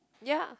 ya